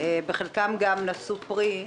חלקן גם נשאו פרי.